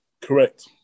Correct